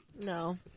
No